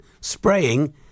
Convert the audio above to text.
Spraying